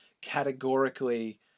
categorically